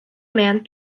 man